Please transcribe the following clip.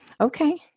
Okay